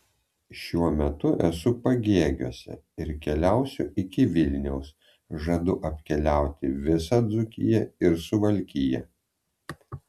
šiuo metu esu pagėgiuose ir keliausiu iki vilniaus žadu apkeliauti visą dzūkiją ir suvalkiją